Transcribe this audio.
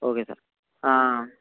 okay sir ಹಾಂ